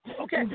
Okay